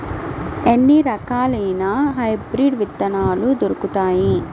ఎన్ని రకాలయిన హైబ్రిడ్ విత్తనాలు దొరుకుతాయి?